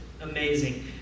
amazing